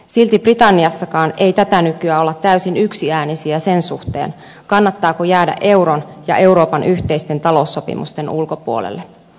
silti britanniassakaan ei tätä nykyä olla täysin yksiäänisiä sen suhteen kannattaako jäädä euron ja euroopan yhteisten taloussopimusten ulkopuolelle